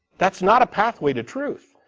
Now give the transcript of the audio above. that is not a pathway to truth.